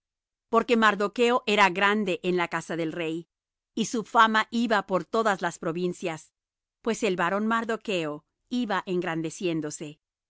porque mardocho era grande en la casa del rey y su fama iba por todas las provincias pues el varón mardocho iba engrandeciéndose